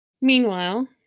meanwhile